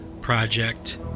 project